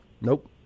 Nope